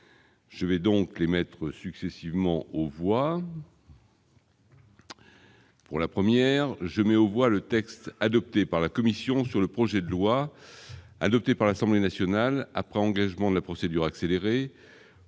je vais donc les maîtres successivement aux voix. Pour la première, je mets au voix le texte adopté par la commission sur le projet de loi adopté par l'Assemblée nationale après un engagement de la procédure accélérée,